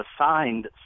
assigned